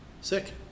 Sick